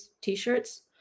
t-shirts